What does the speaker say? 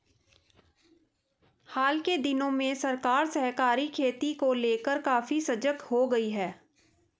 हाल के दिनों में सरकार सहकारी खेती को लेकर काफी सजग हो गई है